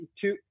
two